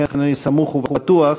לכן אני סמוך ובטוח,